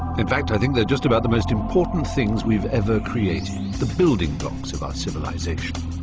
in fact, i think they're just about the most important things we've ever created the building blocks of our civilisation.